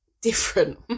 different